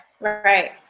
right